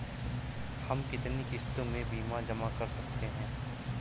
हम कितनी किश्तों में बीमा जमा कर सकते हैं?